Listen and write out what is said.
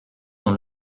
dans